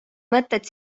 mõtted